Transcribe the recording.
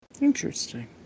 interesting